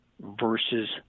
versus